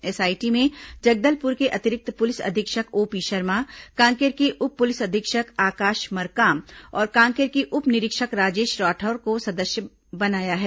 SIT में जगदलपुर के अतिरिक्त पुलिस अधीक्षक ओपी शर्मा कांकेर के उप पुलिस अधीक्षक आकाश मरकाम और कांकेर के उप निरीक्षक राजेश राठौर को सदस्य बनाया गया है